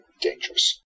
dangerous